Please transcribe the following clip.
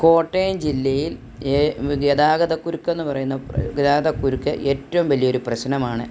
കോട്ടയം ജില്ലയിൽ ഗതാഗതകുരുക്കെന്ന് പറയുന്നത് ഗതാഗതകുരുക്ക് ഏറ്റവും വലിയൊരു പ്രശ്നമാണ്